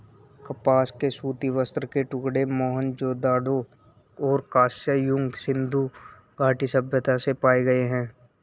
कपास के सूती वस्त्र के टुकड़े मोहनजोदड़ो और कांस्य युग सिंधु घाटी सभ्यता से पाए गए है